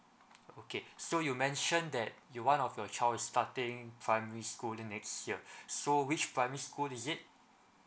okay so you mentioned that you one of your child is starting primary school next year so which primary school is it